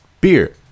beer